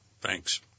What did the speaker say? Thanks